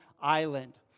island